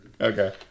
Okay